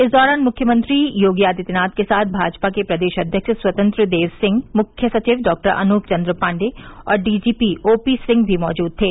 इस दौरान मुख्यमंत्री योगी आदित्यनाथ के साथ भाजपा के प्रदेश अध्यक्ष स्वतंत्र देव सिंह मुख्य सचिव डॉअनूप चन्द्र पाण्डेय और डीजीपी ओपीसिंह भी मौजूद थे